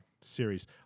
series